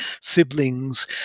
siblings